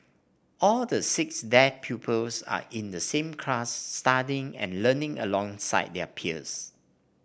all the six deaf pupils are in the same class studying and learning alongside their peers